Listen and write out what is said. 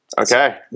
Okay